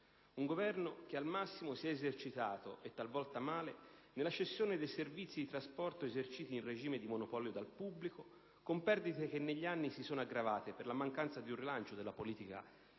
Governo al massimo si è esercitato, e talvolta male, nella cessione dei servizi di trasporto eserciti in regime di monopolio dal pubblico, con perdite che negli anni si sono aggravate per la mancanza di un rilancio della politica